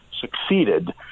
succeeded